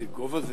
איזה גובה זה?